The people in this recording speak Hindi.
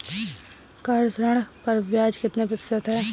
कार ऋण पर ब्याज कितने प्रतिशत है?